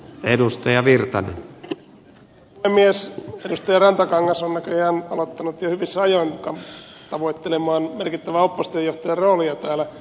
edustaja rantakangas on näköjään ryhtynyt jo hyvissä ajoin tavoittelemaan merkittävää oppositiojohtajan roolia täällä